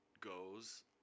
goes